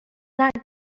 not